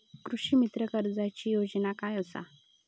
कृषीमित्र कर्जाची योजना काय असा?